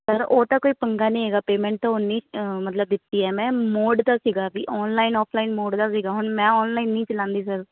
sir ਉਹ ਤਾਂ ਕੋਈ ਪੰਗਾ ਨਹੀਂ ਹੈਗਾ ਪੇਮੈਂਟ ਤਾਂ ਉੰਨੀ ਮਤਲਬ ਦਿੱਤੀ ਆ ਮੈਂ ਮੋਡ ਦਾ ਸੀਗਾ ਵੀ ਆਨਲਾਈਨ ਆਫਲਾਈਨ ਮੋਡ ਦਾ ਸੀਗਾ ਹੁਣ ਮੈਂ ਆਨਲਾਈਨ ਨਹੀਂ ਚਲਾਉਂਦੀ ਸਰ